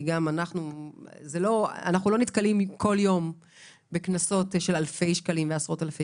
אנחנו לא נתקלים כל יום בקנסות של אלפי שקלים ועשרות אלפי